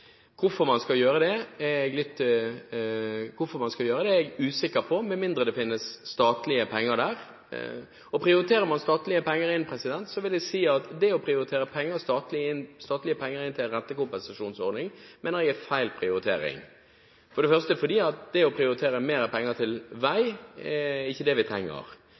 Hvorfor man skal gjøre det, er jeg usikker på, med mindre det finnes statlige penger der. Og prioriterer man statlige penger inn, vil jeg si at det å prioritere statlige penger inn til en rentekompensasjonsordning er feil, fordi det å prioritere mer penger til vei ikke er det vi trenger.